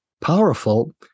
powerful